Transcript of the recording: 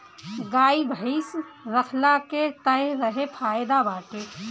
गाई भइस रखला के तअ इहे फायदा बाटे